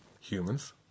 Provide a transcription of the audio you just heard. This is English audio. humans